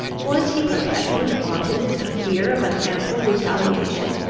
was he perpetually haunted with the fear of an ample retaliation,